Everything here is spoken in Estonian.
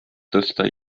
tõsta